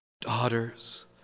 daughters